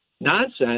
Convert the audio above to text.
Nonsense